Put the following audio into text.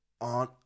on